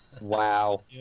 Wow